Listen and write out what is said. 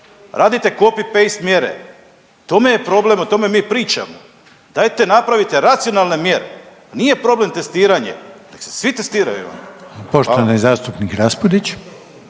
Radite copy-paste mjere u tome je problem o tome mi pričamo. Dajte napravite racionalne mjere, pa nije problem testiranje, nek se svi testiraju